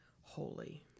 holy